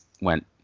went